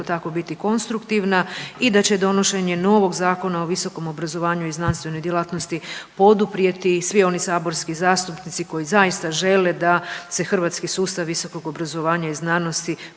tako biti konstruktivna i da će donošenje novog Zakona o visokom obrazovanju i znanstvenoj djelatnosti poduprijeti i svi oni saborski zastupnici koji zaista žele da se hrvatski sustav visokog obrazovanja i znanosti